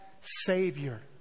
Savior